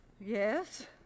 Yes